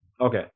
Okay